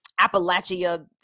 Appalachia